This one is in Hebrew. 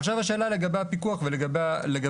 עכשיו השאלה היא לגבי הפיקוח, וזה פשוט.